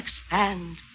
expand